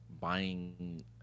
buying